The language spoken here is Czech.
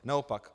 Naopak.